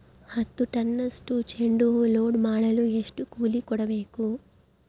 ಹತ್ತು ಟನ್ನಷ್ಟು ಚೆಂಡುಹೂ ಲೋಡ್ ಮಾಡಲು ಎಷ್ಟು ಕೂಲಿ ಕೊಡಬೇಕು?